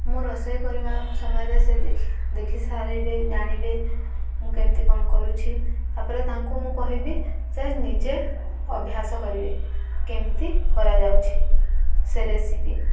ମୁଁ ରୋଷେଇ କରିବା ସମୟରେ ସେ ଦେଖି ସାରିବେ ଜାଣିବେ ମୁଁ କେମିତି କ'ଣ କରୁଛି ତାପରେ ତାଙ୍କୁ ମୁଁ କହିବି ସେ ନିଜେ ଅଭ୍ୟାସ କରିବେ କେମିତି କରାଯାଉଛି ସେ ରେସିପି